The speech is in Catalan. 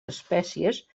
espècies